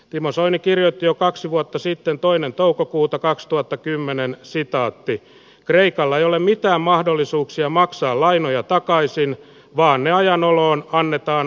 timo soini kirjoitti jo kaksi vuotta sitten toinen toukokuuta kaksituhattakymmenen sitaatti kreikalla ei ole mitään mahdollisuuksia maksaa lainoja takaisin vaan ne ajan oloon kannetaan